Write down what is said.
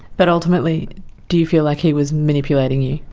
but ultimately do you feel like he was manipulating you?